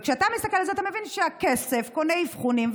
כשאתה מסתכל על זה אתה מבין שהכסף קונה אבחונים,